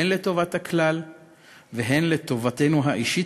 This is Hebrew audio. הן לטובת הכלל והן לטובתנו האישית,